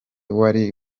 wari